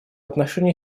отношении